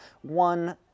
one